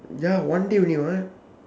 ya one day only what